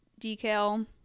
decal